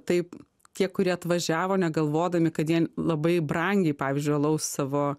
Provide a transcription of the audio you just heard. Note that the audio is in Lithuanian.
taip tie kurie atvažiavo negalvodami kad jiem labai brangiai pavyzdžiui alaus savo